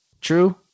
True